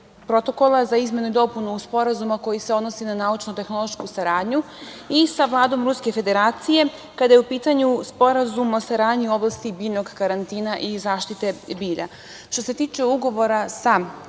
protokola za izmenu i dopunu Sporazuma koji se odnosi na naučno-tehnološku saradnju i sa Vladom Ruske Federacije kada je u pitanju Sporazum o saradnji u oblasti biljnog karantina i zaštite bilja. Što se tiče Ugovora sa